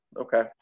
Okay